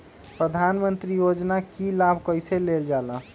प्रधानमंत्री योजना कि लाभ कइसे लेलजाला?